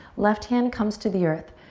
left hand comes to the earth.